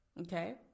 Okay